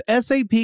SAP